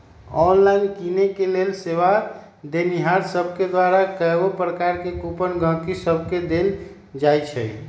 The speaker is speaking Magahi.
ऑनलाइन किनेके लेल सेवा देनिहार सभके द्वारा कएगो प्रकार के कूपन गहकि सभके देल जाइ छइ